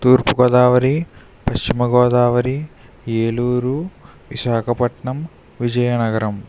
Thurpu Godavari Paschimagodavari Eluru Visakhapatnam Vizianagaram